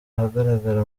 ahagaragara